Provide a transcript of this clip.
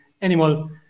animal